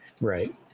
right